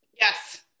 Yes